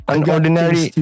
Unordinary